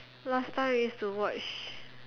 last time I used to watch